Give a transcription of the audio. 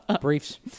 Briefs